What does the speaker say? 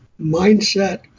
mindset